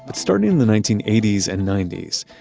but starting in the nineteen eighty s and ninety s,